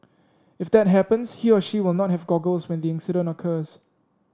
if that happens he or she will not have goggles when the incident occurs